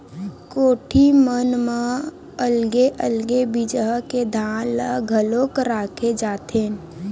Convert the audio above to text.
कोठी मन म अलगे अलगे बिजहा के धान ल घलोक राखे जाथेन